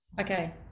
Okay